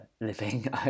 living